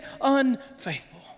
unfaithful